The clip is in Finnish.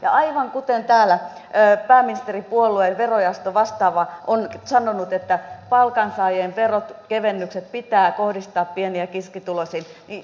ja aivan kuten täällä pääministeripuolueen verojaoston vastaava on sanonut palkansaajien veronkevennykset pitää kohdistaa pieni ja keskituloisiin